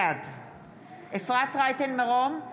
בעד אפרת רייטן מרום,